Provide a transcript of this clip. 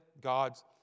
God's